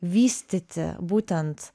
vystyti būtent